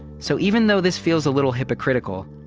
so even though this feels a little hypocritical,